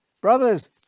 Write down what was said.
Brothers